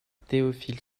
théophile